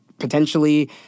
potentially